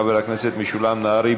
חבר הכנסת משולם נהרי.